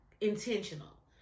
intentional